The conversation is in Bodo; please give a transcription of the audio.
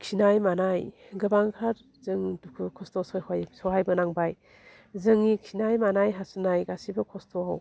खिनाय मानाय गोबांथार जों दुखु खस्थ' सहाय सहाय बोनांबाय जोंनि खिनाय मानाय हासुनाय गासिबो खस्थ'